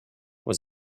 was